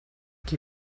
qui